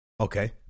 Okay